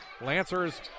Lancers